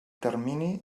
termini